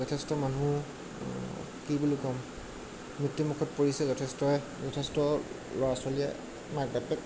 যথেষ্ট মানুহ কি বুলি ক'ম মৃত্যুমুখত পৰিছে যথেষ্টই যথেষ্ট ল'ৰা ছোৱলীয়ে মাক বাপেক